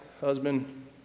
husband